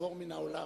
יעבור מן העולם.